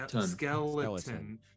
Skeleton